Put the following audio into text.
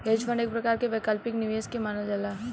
hedge fund एक प्रकार के वैकल्पिक निवेश के मानल जाला